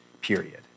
period